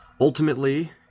Ultimately